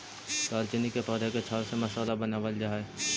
दालचीनी के पौधे के छाल से मसाला बनावाल जा हई